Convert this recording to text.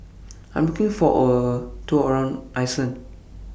I Am looking For A Tour around Iceland